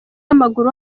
w’amaguru